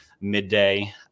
midday